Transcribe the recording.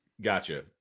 Gotcha